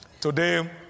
Today